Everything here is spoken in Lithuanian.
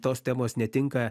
tos temos netinka